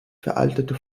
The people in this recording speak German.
veraltete